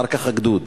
אחר כך הגדוד.